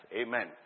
amen